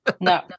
No